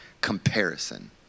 Comparison